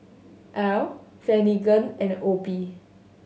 Al Finnegan and Obe